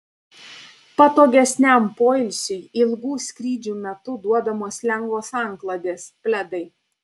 patogesniam poilsiui ilgų skrydžių metu duodamos lengvos antklodės pledai